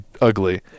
ugly